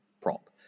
prop